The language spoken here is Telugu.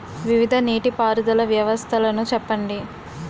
వివిధ నీటి పారుదల వ్యవస్థలను చెప్పండి?